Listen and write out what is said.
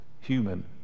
human